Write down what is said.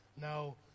Now